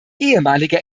ehemaliger